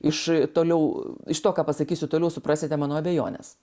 iš toliau iš to ką pasakysiu toliau suprasite mano abejones